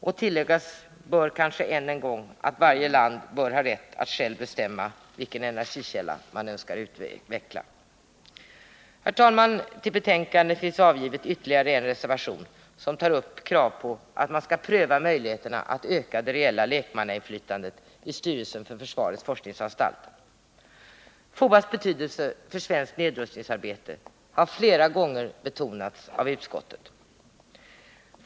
Det bör kanske än en gång sägas att varje land bör ha rätt att självt bestämma vilken energikälla det önskar utveckla. Herr talman! Till betänkandet finns ytterligare en reservation avgiven, som tar upp krav på att man skall pröva möjligheterna att öka det reella lekmannainflytandet i styrelsen för försvarets forskningsanstalt. FOA:s betydelse för svenskt nedrustningsarbete har flera gånger betonats av utskottet.